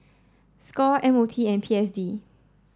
Score M O T and P S D